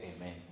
amen